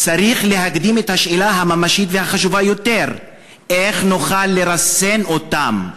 צריך להקדים את השאלה הממשית והחשובה יותר: איך נוכל לרסן אותם?"